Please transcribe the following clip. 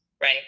right